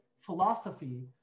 philosophy